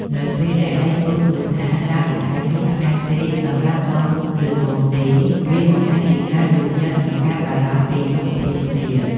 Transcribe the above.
នៅពេលដែលដៃគូសួរថា "តើបង្អែមនេះផ្អែមពេកសម្រាប់អូន ឬបងទេ?" វាបង្ហាញពីការយល់ចិត្ត និងការបារម្ភពីសុខភាពគ្នា។